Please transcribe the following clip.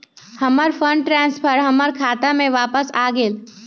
हमर fund transfer हमर खाता में वापस आ गेल